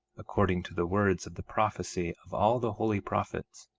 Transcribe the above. according to the words of the prophecy of all the holy prophets.